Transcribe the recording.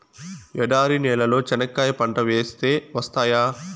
ఎడారి నేలలో చెనక్కాయ పంట వేస్తే వస్తాయా?